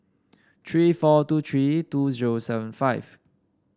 three four two three two zero seven five